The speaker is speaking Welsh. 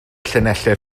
llinellau